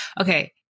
Okay